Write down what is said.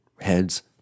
heads